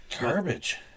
Garbage